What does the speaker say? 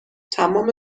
تمام